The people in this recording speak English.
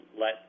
let